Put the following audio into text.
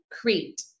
Crete